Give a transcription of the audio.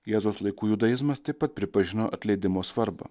jėzaus laiku judaizmas taip pat pripažino atleidimo svarbą